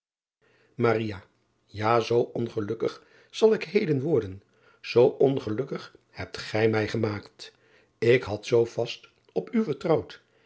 a zoo ongelukkig zal ik heden worden zoo ongelukkig hebt gij mij gemaakt k had zoo vast op u vertrouwd